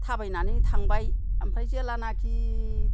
थाबायनानैनो थांबाय ओमफाय जेलानाखि